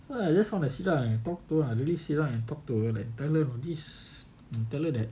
so I just want to sit down and talk to her really sit down and talk to her and tell her this and tell her that